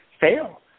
fail